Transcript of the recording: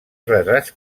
retrats